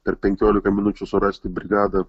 per penkiolika minučių surasti brigadą